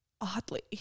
oddly